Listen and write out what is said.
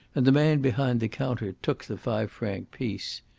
and the man behind the counter took the five-franc piece.